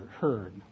heard